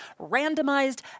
randomized